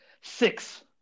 six